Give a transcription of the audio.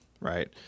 right